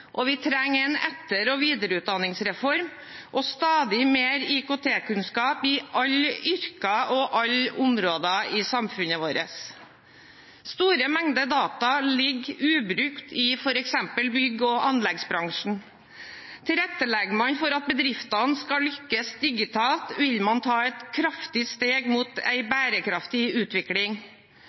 og vi trenger en etter- og videreutdanningsreform og stadig mer IKT-kunnskap i alle yrker og på alle områder i samfunnet. Store mengder data ligger ubrukt i f.eks. bygg- og anleggsbransjen. Tilrettelegger man for at bedriftene skal lykkes digitalt, vil man ta et kraftig steg mot en bærekraftig utvikling.